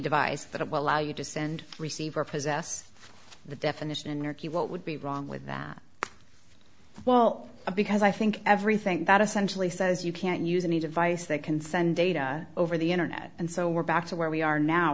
send receive or possess the definition in your q what would be wrong with that well because i think everything that essentially says you can use any device that can send data over the internet and so we're back to where we are now